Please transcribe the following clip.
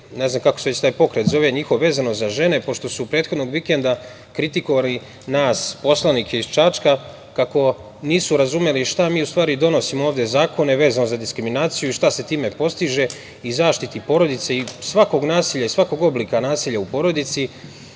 ne znam kako se već taj pokret njihov zove, vezano za žene, pošto su prethodnog vikenda kritikovali nas poslanike iz Čačka kako nisu razumeli šta mi u stvari donosimo ovde, zakone vezano za diskriminaciju i šta se time postiže i zaštiti porodice i svakog oblika nasilja u porodici,